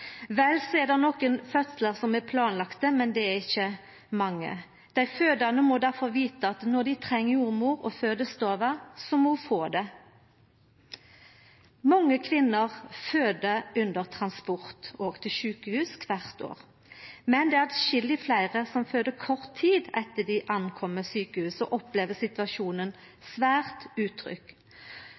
Vel – så er det nokre fødslar som er planlagde, men det er ikkje mange. Dei fødande må difor vita at når dei treng jordmor og fødestove, må dei få det. Kvart år er det mange kvinner som føder under transport til sjukehus, men det er atskilleg fleire som føder kort tid etter at dei kjem fram til sjukehuset, og opplever situasjonen svært